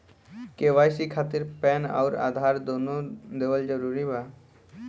KYC खातिर PAN आउर आधार दुनों देवल जरूरी बा?